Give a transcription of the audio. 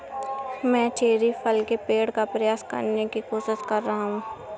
मैं चेरी फल के पेड़ का प्रसार करने की कोशिश कर रहा हूं